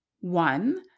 One